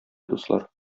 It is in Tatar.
дуслар